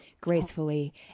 gracefully